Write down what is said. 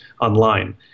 online